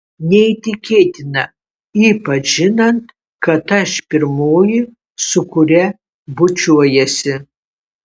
neįtikėtina ypač žinant kad aš pirmoji su kuria bučiuojiesi